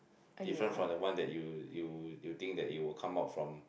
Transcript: different from the one that you you you think that it will come out from